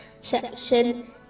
section